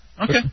Okay